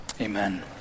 Amen